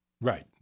Right